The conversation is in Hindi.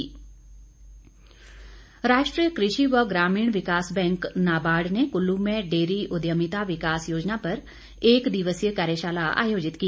कार्यशाला राष्ट्रीय कृषि व ग्रामीण विकास बैंक नाबार्ड ने कुल्लू में डेयरी उद्यमिता विकास योजना पर एक दिवसीय कार्यशाला आयोजित की